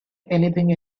anything